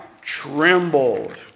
trembled